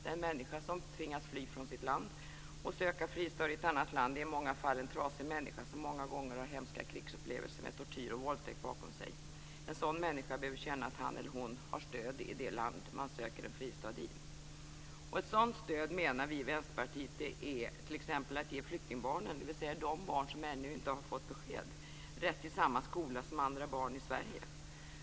Den människa som tvingas fly från sitt land och söka fristad i ett annat land är i många fall en trasig människa som många gånger har hemska krigsupplevelser med tortyr och våldtäkt bakom sig. En sådan människa behöver känna att han eller hon har stöd i det land man söker en fristad i. Ett sådant stöd, menar vi i Vänsterpartiet, är att ge t.ex. flyktingbarnen, dvs. de barn som ännu inte fått besked, rätt till samma skola som andra barn i Sverige.